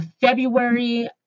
February